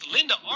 Linda